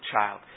child